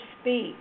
Speak